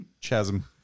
Chasm